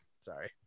sorry